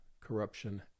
corruption